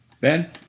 Ben